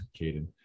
Caden